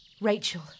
Rachel